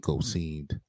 seemed